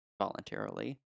voluntarily